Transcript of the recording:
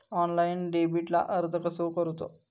Online डेबिटला अर्ज कसो करूचो?